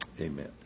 Amen